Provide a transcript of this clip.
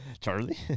Charlie